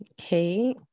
Okay